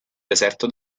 deserto